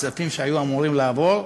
הכספים שהיו אמורים לעבור,